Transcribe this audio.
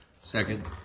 Second